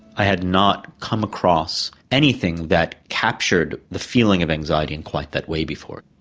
i had not come across anything that captured the feeling of anxiety in quite that way before.